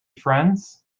friends